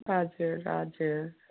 हजुर हजुर